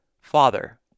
Father